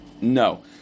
No